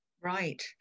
Right